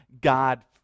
God